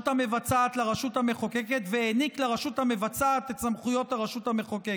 המבצעת לרשות המחוקקת והעניק לרשות המבצעת את סמכויות הרשות המחוקקת.